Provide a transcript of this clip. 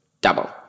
Double